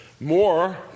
more